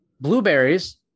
blueberries